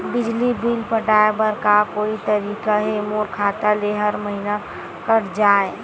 बिजली बिल पटाय बर का कोई तरीका हे मोर खाता ले हर महीना कट जाय?